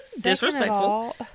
Disrespectful